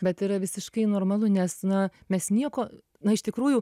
bet yra visiškai normalu nes na mes nieko na iš tikrųjų